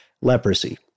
leprosy